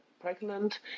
pregnant